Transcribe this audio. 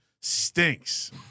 Stinks